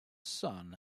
son